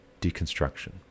deconstruction